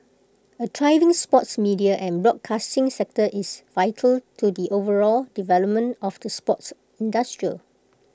A thriving sports media and broadcasting sector is vital to the overall development of the sports industrial